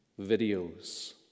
videos